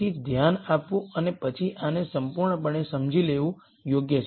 તેથી ધ્યાન આપવું અને પછી આને સંપૂર્ણપણે સમજી લેવું યોગ્ય છે